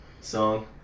song